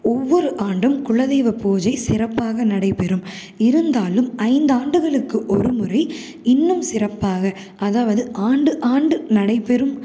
ஒவ்வொரு ஆண்டும் குலதெய்வப் பூஜை சிறப்பாக நடைபெறும் இருந்தாலும் ஐந்து ஆண்டுகளுக்கு ஒரு முறை இன்னும் சிறப்பாக அதாவது ஆண்டு ஆண்டு நடைபெறும்